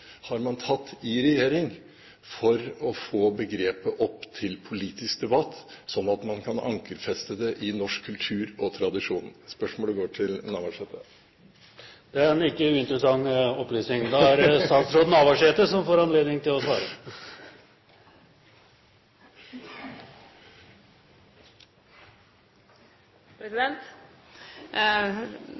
har Senterpartiet tatt i regjeringen for å få begrepet opp til politisk debatt, slik at man kan ankerfeste det i norsk kultur og tradisjon? Spørsmålet går til Navarsete. Det er en ikke uinteressant opplysning. Det er statsråd Navarsete som får anledning til å svare.